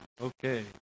okay